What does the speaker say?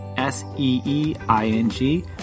S-E-E-I-N-G